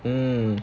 mm